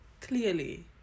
Clearly